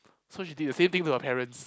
so she did the same thing to her parents